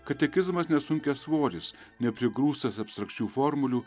katekizmas ne sunkiasvoris neprigrūstas abstrakčių formulių